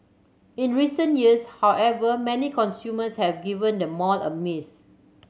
in recent years however many consumers have given the mall a miss